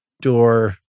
door